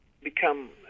become